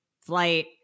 flight